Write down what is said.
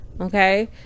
Okay